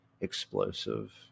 explosive